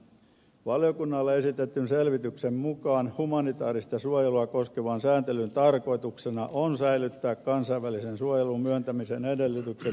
valiokunnalle esitetyn selvityksen mukaan humanitaarista suojelua koskevan sääntelyn tarkoituksena on säilyttää kansainvälisen suojelun myöntämisen edellytykset nykyisellä tasolla